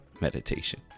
meditation